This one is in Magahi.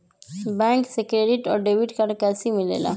बैंक से क्रेडिट और डेबिट कार्ड कैसी मिलेला?